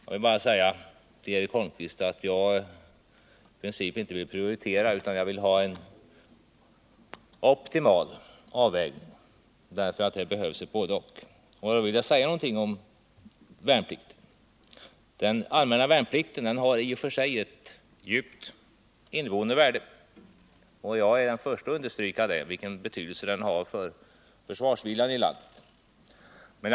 Jag vill bara säga till Eric Holmqvist att det inte går att välja antingen-eller utan att jag vill ha en optimal avvägning, för det behövs ett både-och. Jag vill så säga något om värnplikten. Den allmänna värnplikten har ett djupt inneboende värde, och jag är den förste att understryka vilken betydelse värnplikten har för försvarsviljan i landet.